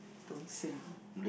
Tun Sri